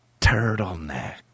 turtleneck